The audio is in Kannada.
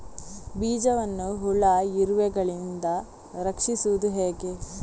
ಬೀಜವನ್ನು ಹುಳ, ಇರುವೆಗಳಿಂದ ರಕ್ಷಿಸುವುದು ಹೇಗೆ?